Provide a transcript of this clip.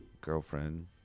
Girlfriend